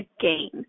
gain